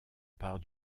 part